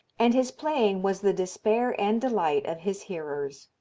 and his playing was the despair and delight of his hearers.